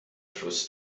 fluss